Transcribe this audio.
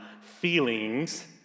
feelings